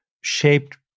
shaped